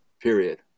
period